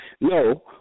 no